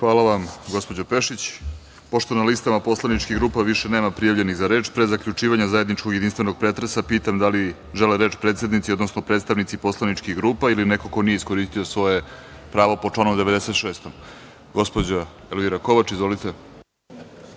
Zahvaljujem. Pošto na listama poslaničkih grupa više nema prijavljenih za reč, pre zaključivanja zajedničkog jedinstvenog pretresa, pitam da li žele reč predsednici, odnosno predstavnici poslaničkih grupa ili neko ko nije iskoristio svoje pravo po članu 96?Reč ima Elvira Kovač. Izvolite.